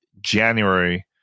January